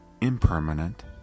impermanent